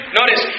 notice